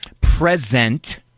present